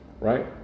Right